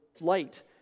light